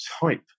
type